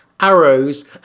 arrows